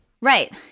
Right